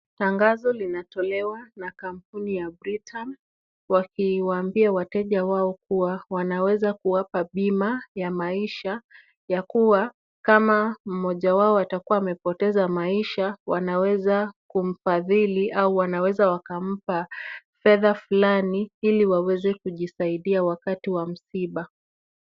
Tangazo linatolewa na kampuni ya Britam, wakiwaambia wateja wao kuwa wanaweza kuwapa bima ya maisha, ya kuwa kama mmoja wao atakuwa amepoteza maisha, wanaweza kumfadhili au wanaweza wakampa fedha fulani ili waweze kujisaidia wakati wa msiba.